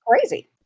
crazy